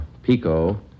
Pico